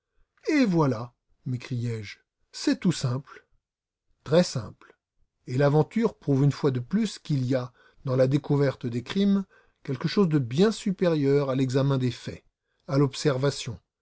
et voilà m'écriai-je c'est tout simple très simple et l'aventure prouve une fois de plus qu'il y a dans la découverte des crimes quelque chose de bien supérieur à l'examen des faits à l'observation